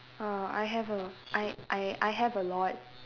oh I have a I I I have a lot